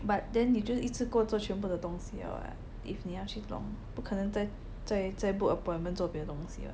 but then you just 一次过做全部的东西了 what if 你要去弄不可能再再再 book appointment 做别的东西了